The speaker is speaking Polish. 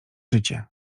życie